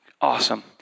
Awesome